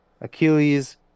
Achilles